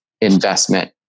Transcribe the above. investment